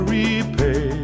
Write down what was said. repay